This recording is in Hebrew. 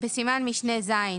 בסימן משנה ז',